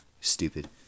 stupid